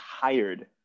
tired